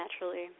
naturally